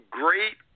great